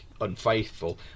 unfaithful